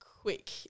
quick